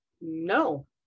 No